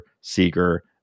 Seeger